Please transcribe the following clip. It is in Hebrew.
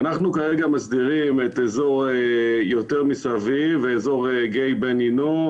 אנחנו כרגע מסדירים את אזור גיא בן הינום,